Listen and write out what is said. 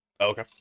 Okay